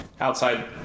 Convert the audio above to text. outside